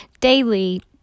daily